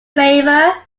favor